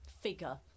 figure